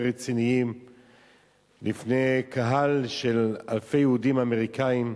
רציניים לפני קהל של אלפי יהודים אמריקנים,